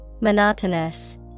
monotonous